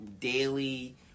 daily